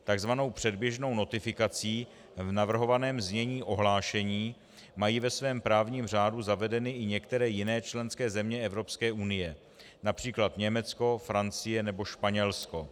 Takzvanou předběžnou notifikací v navrhovaném znění ohlášení mají ve svém právním řádu zavedeny i některé jiné členské země Evropské unie, například Německo, Francie nebo Španělsko.